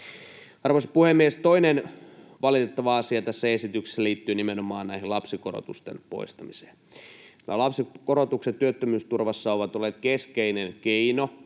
Arvoisa puhemies! Toinen valitettava asia tässä esityksessä liittyy nimenomaan näiden lapsikorotusten poistamiseen. Lapsikorotukset työttömyysturvassa ovat olleet keskeinen keino